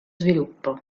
sviluppo